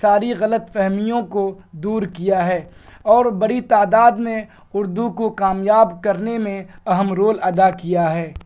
ساری غلط فہمیوں کو دور کیا ہے اور بری تعداد میں اردو کو کامیاب کرنے میں اہم رول ادا کیا ہے